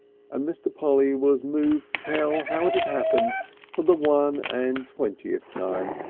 and mr. polly was moved to tell how it had happened for the one and twentieth time.